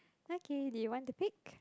okay do you want to pick